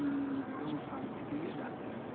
ब्रह्म शान्ति के लिए जाते हैं